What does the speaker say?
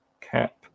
cap